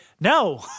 no